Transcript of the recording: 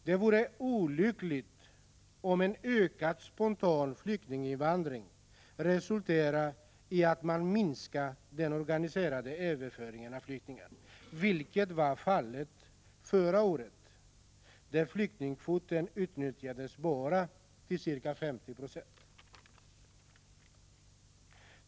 Det vore olyckligt om en ökad spontan flyktinginvandring resulterade i att man minskade den organiserade överföringen av flyktingar, vilket var fallet förra året, då flyktingkvoten utnyttjades bara till ca 50 26.